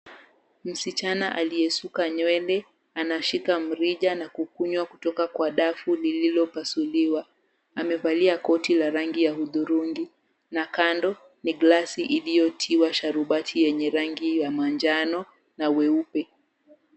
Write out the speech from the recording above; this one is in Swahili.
Msichana aliyesuka nywele anashika mrija na kukunywa kutoka kwa dafu lililopasuliwa, amevalia koti la rangi ya udhurungi na kando ni glassi iliyotiwa sharubati yenye rangi ya manjano na weupe.